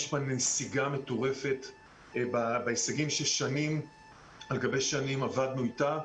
ישנה נסיגה מטורפת בהישגים ששנים על גבי שנים עבדנו איתה,